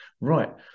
right